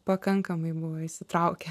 pakankamai buvo įsitraukę